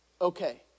okay